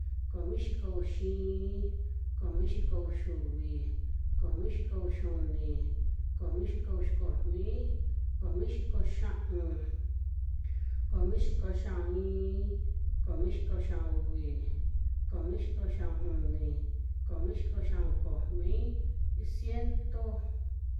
Komi xiko uxi iin, komi xiko uxiuvi, komi xiko uxiuni, komi xiko uxi komi, komi xiko xia'un, komixiko xia'un iin, komi xiko xia'un uvi, komi xiko xia'un uni, komi xiko xia'un komi, iin ciento.